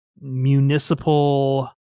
Municipal